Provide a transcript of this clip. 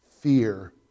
Fear